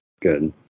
good